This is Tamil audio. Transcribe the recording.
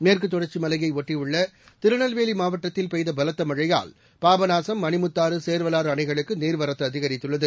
மேற்கு தொடர்ச்சி மலையை ஒட்டியுள்ள திருநெல்வேலி மாவட்டத்தில் பெய்த பலத்த மழையால் பாபநாசம் மணிமுத்தாறு சேர்வவாறு அணைகளுக்கு நீர்வரத்து அதிகரித்துள்ளது